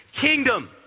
kingdom